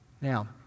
Now